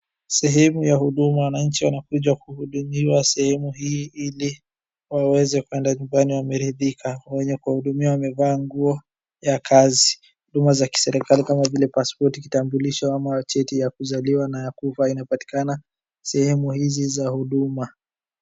Sehemu ya huduma. Wananchi wanakuja kuhudumiwa sehemu hii ili waweze kueda nyumbani wameridhika. Wenye kuwahudumia wamevaa nguo ya kazi. Huduma za kiserikali kama vile pasipoti, kitambulisho ama cheti ya kuzaliwa na ya kufa inapatikana sehemu hizi za huduma.